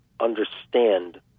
understand